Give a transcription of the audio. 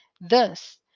thus